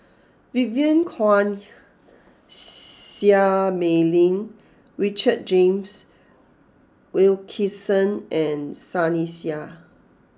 Vivien Quahe Seah Mei Lin Richard James Wilkinson and Sunny Sia